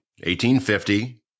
1850